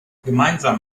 gemeinsam